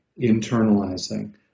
internalizing